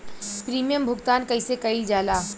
Premium भुगतान कइसे कइल जाला?